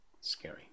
scary